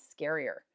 scarier